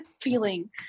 feeling